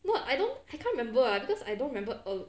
not I don't I can't remember ah because I don't remember uh